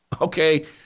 Okay